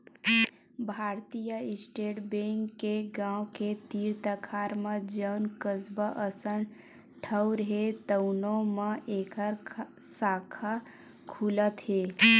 भारतीय state bank के गाँव के तीर तखार म जउन कस्बा असन ठउर हे तउनो म एखर साखा खुलत हे